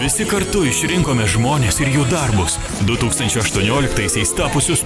visi kartu išrinkome žmones ir jų darbus du tūkstančiai aštuonioliktaisiais tapusius